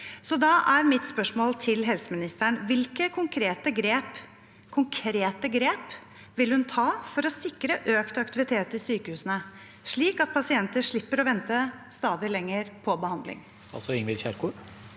Da er mitt spørsmål til helseministeren: Hvilke konkrete grep vil hun ta for å sikre økt aktivitet i sykehusene, slik at pasienter slipper å vente stadig lenger på behandling?